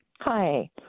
Hi